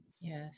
Yes